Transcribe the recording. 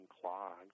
clogged